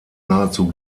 nahezu